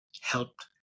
helped